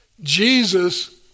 Jesus